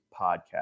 Podcast